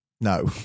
No